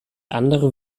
andere